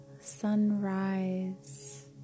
sunrise